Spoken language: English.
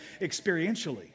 experientially